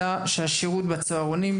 אלא גם מספקת שירות ירוד בצהרונים.